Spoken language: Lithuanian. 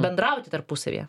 bendrauti tarpusavyje